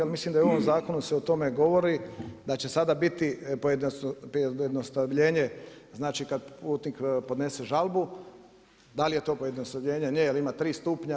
Ali mislim da i u ovom zakonu se o tome govori da će sada biti pojednostavljenje, znači kada putnik podnese žalbu, da li je to pojednostavljenje, nije jer ima tri stupnja.